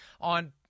on